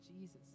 Jesus